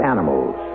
Animals